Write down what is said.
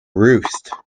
roost